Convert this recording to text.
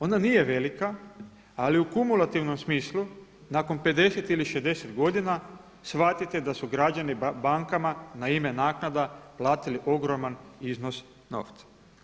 Ona nije velika ali u kumulativnom smislu nakon 50 ili 60 godina shvatite da su građani bankama na ime naknada platili ogroman iznos novca.